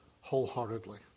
wholeheartedly